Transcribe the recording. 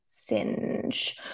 singe